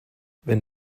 wenn